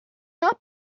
not